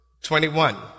21